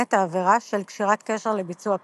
נמנית העבירה של קשירת קשר לביצוע פשע.